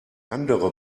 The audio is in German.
andere